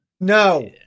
No